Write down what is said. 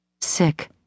Sick